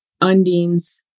undines